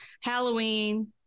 halloween